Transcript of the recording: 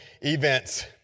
events